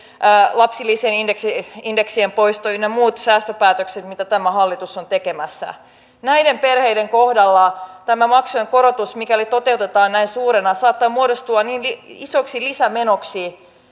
lapsilisien indeksien poistot ynnä muut säästöpäätökset mitä tämä hallitus on tekemässä näiden perheiden kohdalla tämä maksujen korotus mikäli se toteutetaan näin suurena saattaa muodostua niin niin isoksi lisämenoksi